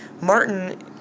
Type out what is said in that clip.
Martin